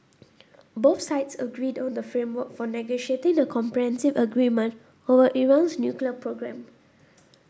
both sides agreed on the framework for negotiating the comprehensive agreement over Iran's nuclear programme